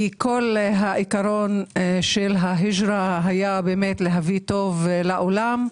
כי כל העיקרון של ההיג'רה היה להביא טוב לעולם,